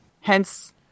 Hence